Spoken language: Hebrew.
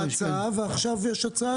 הצעה, ועכשיו יש הצעה.